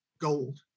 gold